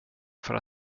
för